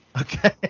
Okay